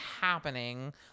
happening